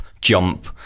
jump